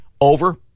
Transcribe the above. Over